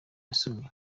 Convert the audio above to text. yasuye